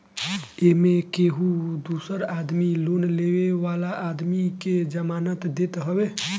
एमे केहू दूसर आदमी लोन लेवे वाला आदमी के जमानत देत हवे